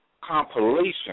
compilation